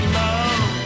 love